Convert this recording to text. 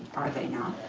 are they not?